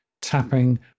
Tapping